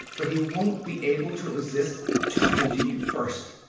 but he won't be able to resist talking to you first.